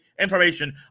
information